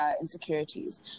insecurities